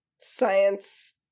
Science